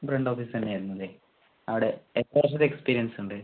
front office തന്നെയായിരുന്നു അല്ലേ അവിടെ എത്ര വർഷത്തെ എക്സ്പീരിയൻസ് ഉണ്ട്